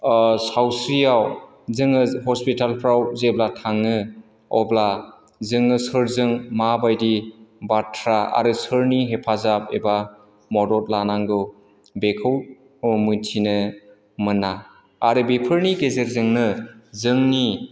सावस्रियाव जोङो हस्पिटालफोराव जेब्ला थाङो अब्ला जोङो सोरजों माबायदि बाथ्रा आरो सोरनि हेफाजाब एबा मदद लानांगौ बेखौ मिथिनो मोना आरो बेफोरनि गेजेरजोंनो जोंनि